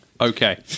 Okay